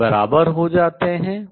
वे बराबर हो जाते हैं